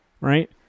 right